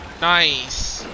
Nice